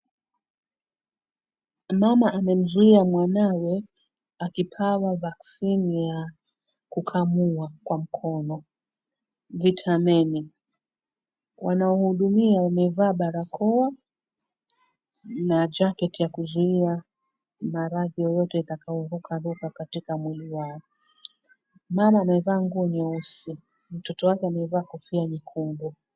Mama amemzuia mwanawe akipewa vaccine ya kukamua kwa mkono, vitamini, wanaohudumia wamevaa barakoa na jacket ya kuzuia maradhi yoyote yatakayo rukaruka katika mwili wao. Mama amevaa nguo nyeusi, mtoto wake amevaa kofia nyekundu.